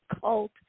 cult